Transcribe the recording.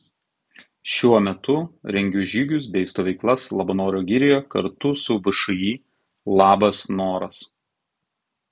šiuo metu rengiu žygius bei stovyklas labanoro girioje kartu su všį labas noras